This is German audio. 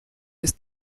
ist